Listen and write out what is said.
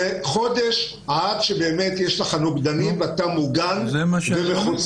צריך עוד חודש עד שבאמת יש לך נוגדנים ואתה מוגן ומחוסן.